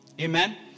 Amen